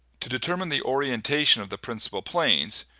to determine the orientation of the principle planes,